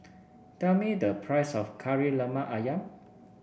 tell me the price of Kari Lemak ayam